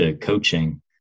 coaching